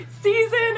season